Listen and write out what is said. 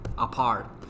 Apart